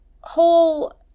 whole